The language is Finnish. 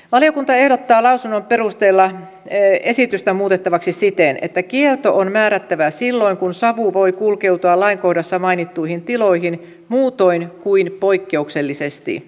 valiokunta ehdottaa lausunnon perusteella esitystä muutettavaksi siten että kielto on määrättävä silloin kun savu voi kulkeutua lain kohdassa mainittuihin tiloihin muutoin kuin poikkeuksellisesti